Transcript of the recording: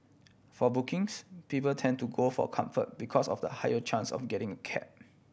for bookings people tend to go for Comfort because of the higher chance of getting a cab